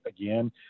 again